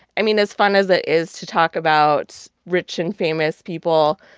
i mean, as fun as it is to talk about rich and famous people,